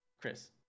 Chris